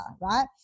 right